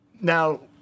Now